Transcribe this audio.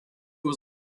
was